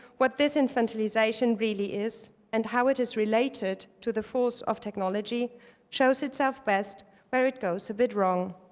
what this infantilization really is and how it is related to the force of technology shows itself best where it goes a bit wrong.